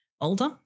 older